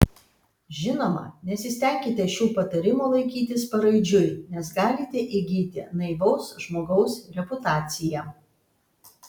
žinoma nesistenkite šių patarimų laikytis paraidžiui nes galite įgyti naivaus žmogaus reputaciją